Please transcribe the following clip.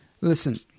Listen